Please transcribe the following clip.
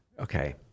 Okay